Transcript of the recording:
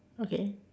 okay